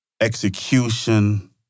execution